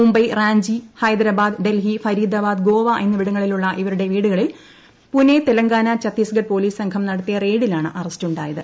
മുംബൈ റാഞ്ചി ഹൈദരാബാദ് ഡൽഹിഫരീദാബാദ് ഗോവ എന്നിവിടങ്ങളിലുളള ഇവരുടെ വീടുകളിൽ പൂനെ തെലങ്കാനാ ഛത്തീസ്ഗഡ് പൊലീസ് സംഘം നടത്തിയ റെയ്ഡിലാണ് അറസ്റ്റുണ്ടായത്